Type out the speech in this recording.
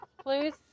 Please